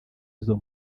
izo